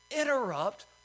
interrupt